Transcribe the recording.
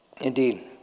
indeed